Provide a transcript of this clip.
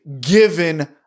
given